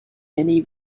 many